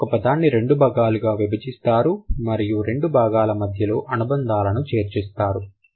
మీరు ఒక పదాన్ని రెండు భాగాలుగా విభజిస్తారు మరియు రెండు భాగాల మధ్యలో అనుబంధాలను చేర్చుతారు